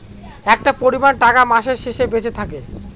একটা পরিমান টাকা মাসের শেষে বেঁচে থাকে